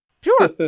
Sure